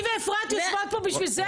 אבל אני ואפרת יושבות פה בשביל זה.